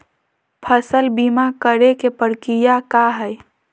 फसल बीमा करे के प्रक्रिया का हई?